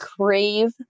crave